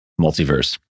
multiverse